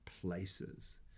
places